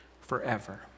forever